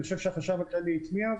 אני חושב שהחשב הכללי הטמיע.